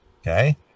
Okay